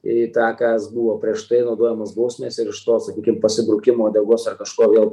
į tą kas buvo prieš tai naudojamos bausmės ir iš to sakykim pasibrukimo uodegos ar kažko vėl